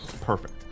perfect